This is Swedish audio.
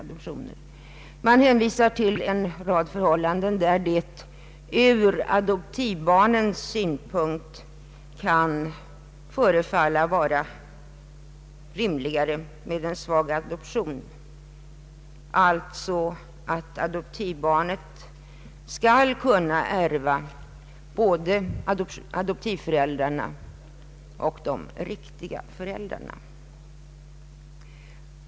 Motionärerna hänvisar till en rad förhållanden, där det ur adoptivbarnens synpunkt kan förefalla rimligare med en svag adoption, dvs. att adoptivbarnen skall kunna ärva både adoptivföräldrarna och de biologiska föräldrarna.